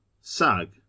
Sag